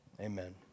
Amen